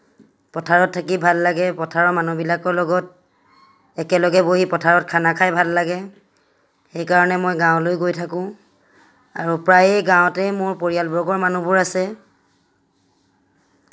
পথাৰত থাকি ভাল লাগে পথাৰৰ মানুহবিলাকৰ লগত একেলগে বহি পথাৰত খানা খাই ভাল লাগে সেইকাৰণে মই গাঁৱলৈ গৈ থাকোঁ আৰু প্ৰায়েই গাঁৱতেই মোৰ পৰিয়াল বৰ্গৰ মানুহবোৰ আছে